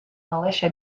militia